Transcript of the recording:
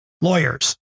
lawyers